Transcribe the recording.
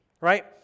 right